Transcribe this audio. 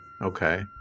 Okay